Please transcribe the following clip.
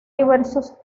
diversos